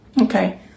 Okay